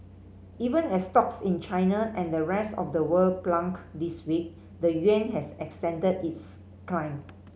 even as stocks in China and the rest of the world plunged this week the yuan has extended its climb